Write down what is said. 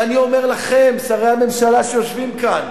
ואני אומר לכם, שרי הממשלה שיושבים כאן: